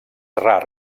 rar